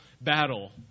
battle